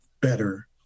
better